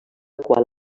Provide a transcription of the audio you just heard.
qual